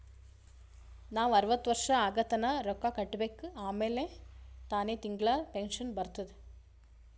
ನಾವ್ ಅರ್ವತ್ ವರ್ಷ ಆಗತನಾ ರೊಕ್ಕಾ ಕಟ್ಬೇಕ ಆಮ್ಯಾಲ ತಾನೆ ತಿಂಗಳಾ ಪೆನ್ಶನ್ ಬರ್ತುದ್